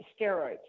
Steroids